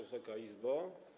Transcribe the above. Wysoka Izbo!